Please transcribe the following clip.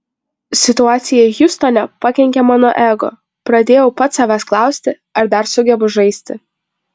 situacija hjustone pakenkė mano ego pradėjau pats savęs klausti ar dar sugebu žaisti